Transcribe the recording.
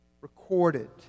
Recorded